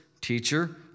Teacher